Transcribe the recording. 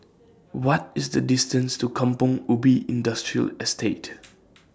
What IS The distance to Kampong Ubi Industrial Estate